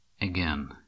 Again